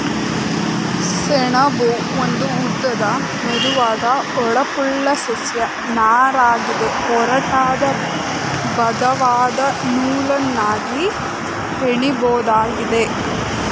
ಸೆಣಬು ಒಂದು ಉದ್ದದ ಮೆದುವಾದ ಹೊಳಪುಳ್ಳ ಸಸ್ಯ ನಾರಗಿದೆ ಒರಟಾದ ಬಲವಾದ ನೂಲನ್ನಾಗಿ ಹೆಣಿಬೋದಾಗಿದೆ